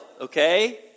okay